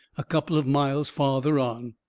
a couple of miles farther on.